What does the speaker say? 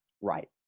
Right